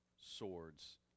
swords